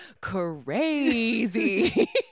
Crazy